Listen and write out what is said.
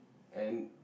and